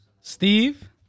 Steve